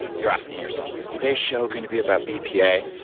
you're asking yourself, is today's show going to be about bpa?